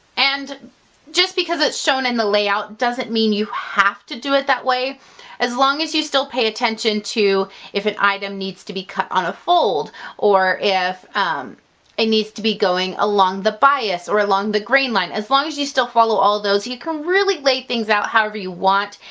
and just because it's shown in the layout doesn't mean you have to do it that way as long as you still pay attention to if an item needs to be cut on a fold or if it needs to be going along the bias or along the grain line as long as you still follow all those you can really lay things out. however you want.